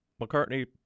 McCartney